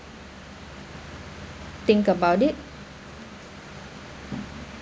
think about it